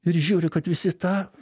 ir žiūri kad visi tą